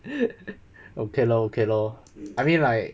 okay lor okay lor I mean like